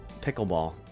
Pickleball